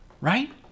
right